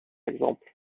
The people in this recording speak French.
exemple